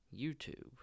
YouTube